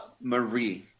Marie